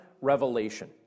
revelation